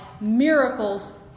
miracles